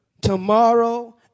tomorrow